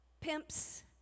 Pimps